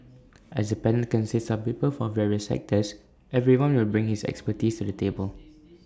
as the panel consists of people from various sectors everyone will bring his expertise to the table